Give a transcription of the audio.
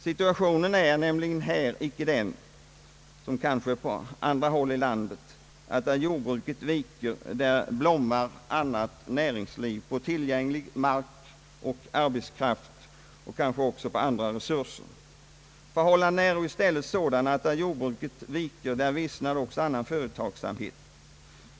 Förhållandet är icke detsamma här som kanske på andra håll i landet, att där jordbruket viker där blommar annat näringsliv på tillgänglig mark och arbetskraft. Förhållandena är i stället sådana att där jordbruket viker där vissnar också annan företagsamhet.